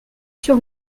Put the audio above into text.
sur